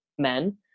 men